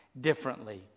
differently